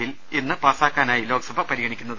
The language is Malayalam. ബിൽ ഇന്ന് പാസ്സാക്കാനായി ലോക്സഭ പരിഗണിക്കും